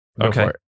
Okay